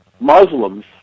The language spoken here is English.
Muslims